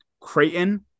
Creighton